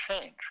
change